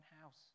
house